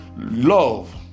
love